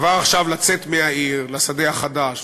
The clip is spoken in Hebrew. כבר עכשיו לצאת מהעיר לשדה החדש,